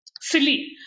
silly